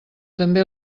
també